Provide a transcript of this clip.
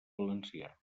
valencià